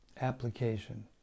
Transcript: application